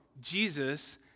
Jesus